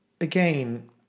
again